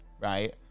right